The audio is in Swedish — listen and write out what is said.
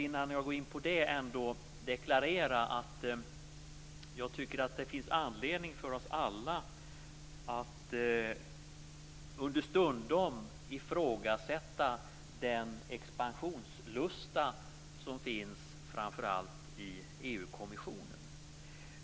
Innan jag går in på det vill jag deklarera att jag tycker att det finns anledning för oss alla att understundom ifrågasätta den expansionslusta som finns framför allt i EU-kommissionen.